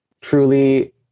Truly